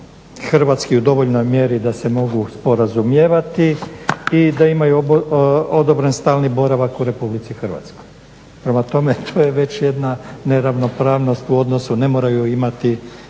hrvatski u dovoljnoj mjeri da se mogu sporazumijevati i da imaju odabran stalni boravak u Republici Hrvatskoj. Prema tome, to je već jedna neravnopravnost u odnosu, ne moraju imati